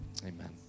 Amen